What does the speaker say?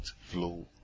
flow